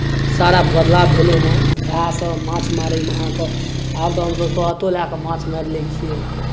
सारा बदलाव भेलै हेँ इएहसँ माछ मारैमे अहाँकेँ आब तऽ हमसभ सोहतो लए कऽ माछ मारि लै छियै